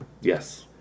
Yes